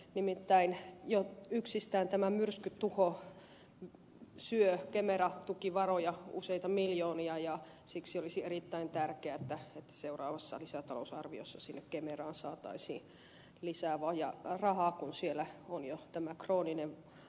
nimittäin jo yksistään tämä myrskytuho syö kemera tukivaroja useita miljoonia ja siksi olisi erittäin tärkeää että seuraavassa lisätalousarviossa sinne kemeraan saataisiin lisää rahaa kun siellä on jo tämä krooninen vaje